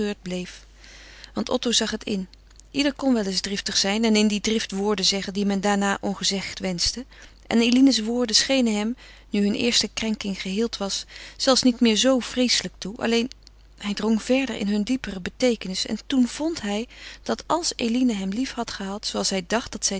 bleef want otto zag het in ieder kon wel eens driftig zijn en in die drift woorden zeggen die men daarna ongezegd wenschte en eline's woorden schenen hem nu hun eerste krenking geheeld was zelfs niet meer zoo vreeselijk toe alleen hij drong verder in hun diepere bekentenis en toen vond hij dat als eline hem lief had gehad zooals hij dacht dat zij